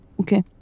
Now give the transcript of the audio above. Okay